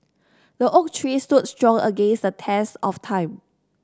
the oak tree stood strong against the test of time